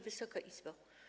Wysoka Izbo!